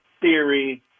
theory